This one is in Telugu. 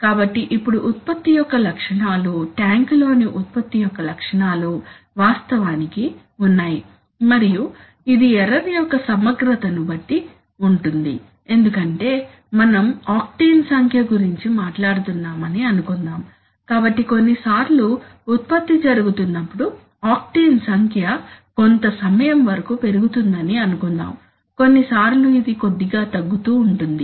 కాబట్టి ఇప్పుడు ఉత్పత్తి యొక్క లక్షణాలు ట్యాంక్లోని ఉత్పత్తి యొక్క లక్షణాలు వాస్తవానికి ఉన్నాయి మరియు ఇది ఎర్రర్ యొక్క సమగ్రతను బట్టి ఉంటుంది ఎందుకంటే మనం ఆక్టేన్ సంఖ్య గురించి మాట్లాడుతున్నామని అనుకుందాం కాబట్టి కొన్నిసార్లు ఉత్పత్తి జరుగుతున్నప్పుడు ఆక్టేన్ సంఖ్య కొంత సమయం వరకు పెరుగుతుందని అనుకుందాం కొన్నిసార్లు ఇది కొద్దిగా తగ్గుతూ ఉంటుంది